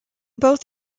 both